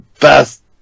best